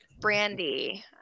Brandy